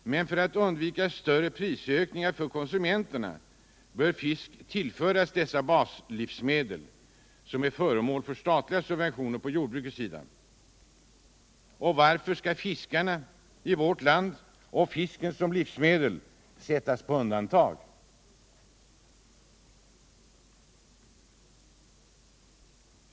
Men för att undvika större prisökningar för konsumenterna bör fisk föras till baslivsmedlen, som är föremål för statliga subventioner på jordbrukets område. Varför skall fiskarna i vårt land och fisken som livsmedel sättas på undantag?